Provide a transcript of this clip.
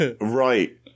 right